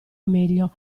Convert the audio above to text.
meglio